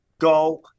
Go